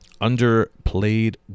underplayed